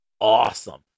awesome